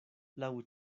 laŭ